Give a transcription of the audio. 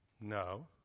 No